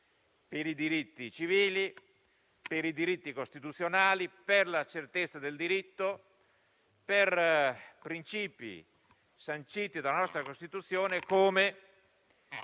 per i diritti civili, per i diritti costituzionali, per la certezza del diritto e per i principi sanciti dalla nostra Costituzione, come